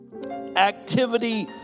activity